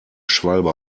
schwalbe